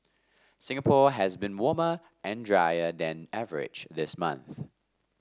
Singapore has been warmer and drier than average this month